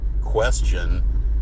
question